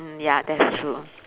mm ya that's true